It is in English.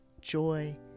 joy